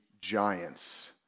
giants